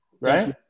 right